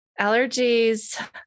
allergies